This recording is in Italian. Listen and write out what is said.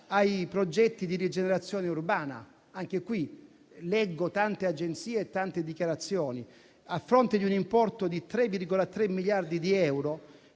ai progetti di rigenerazione urbana. Anche a questo riguardo leggo tante agenzie e tante dichiarazioni. A fronte di un importo di 3,3 miliardi di euro